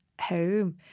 home